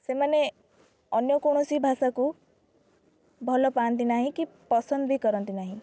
ସେମାନେ ଅନ୍ୟ କୌଣସି ଭାଷାକୁ ଭଲ ପାଆନ୍ତି ନାହିଁ କି ପସନ୍ଦ ବି କରନ୍ତି ନାହିଁ